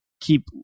keep